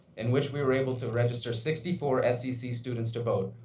in which we were able to register sixty four scc students to vote,